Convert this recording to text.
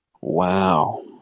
Wow